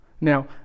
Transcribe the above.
Now